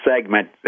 segment